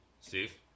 steve